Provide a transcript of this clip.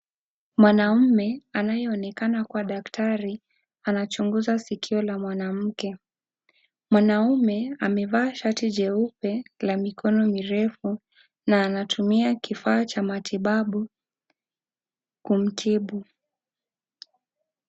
Mwanaume anayeonekana kuwa daktari, anachunguza sikio la mwanamke. Mwanaume, amevaa shati jeupe la mikono mirefu na anatumia kifaa cha matibabu kumtibu.